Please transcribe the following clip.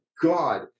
god